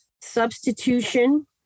Substitution